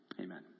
amen